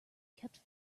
kept